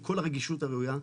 עם כל הרגישות הראויה,